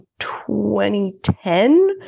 2010